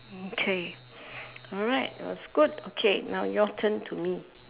okay alright that was good okay now your turn to me